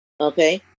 Okay